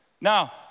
Now